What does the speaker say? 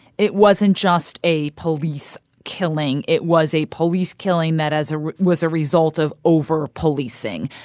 it wasn't just a police killing. it was a police killing that as a was a result of over-policing.